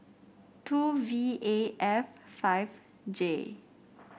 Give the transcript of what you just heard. two V A F five J